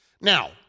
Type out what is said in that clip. now